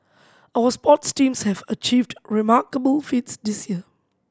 our sports teams have achieved remarkable feats this year